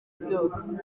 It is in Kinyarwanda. byose